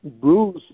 Bruce